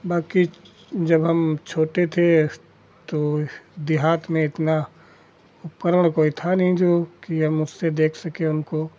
बाकी जब हम छोटे थे तो देहात में इतना उपकरण कोई था नहीं जोकि हम उससे देख सकें उनको